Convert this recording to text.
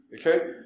okay